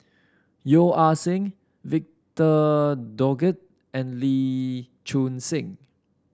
Yeo Ah Seng Victor Doggett and Lee Choon Seng